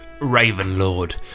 Ravenlord